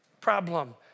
problem